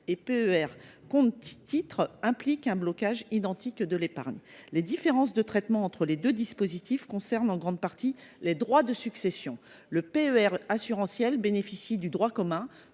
et PER compte titres impliquent un blocage identique de l’épargne ». Les différences de traitement entre les deux dispositifs concernent en grande partie les droits de succession. Le PER bancaire bénéficie du droit commun,